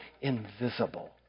invisible